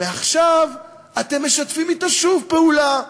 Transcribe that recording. ועכשיו אתם משתפים אתו שוב פעולה,